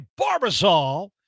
Barbasol